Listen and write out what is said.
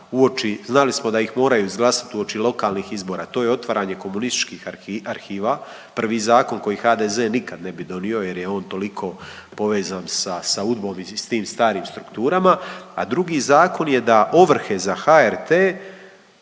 Znali smo da ih moraju izglasati uoči lokalnih izbora. To je otvaranje komunističkih arhiva, prvi zakon koji HDZ nikad ne bi donio jer je on toliko povezan sa UDBA-om i s tim starim strukturama. A drugi zakon je da ovrhe za HRT